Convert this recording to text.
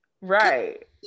right